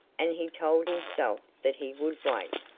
and he told himself that he would wait,